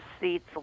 seats